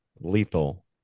Lethal